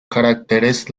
caracteres